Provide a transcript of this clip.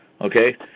Okay